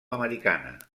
americana